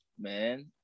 Man